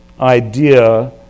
idea